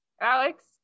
Alex